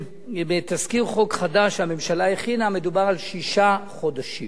ובתזכיר חוק חדש שהממשלה הכינה מדובר על שישה חודשים.